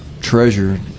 treasure